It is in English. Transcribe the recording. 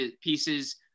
pieces